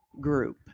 group